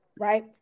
right